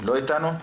לא איתנו.